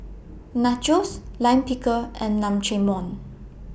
Nachos Lime Pickle and Naengmyeon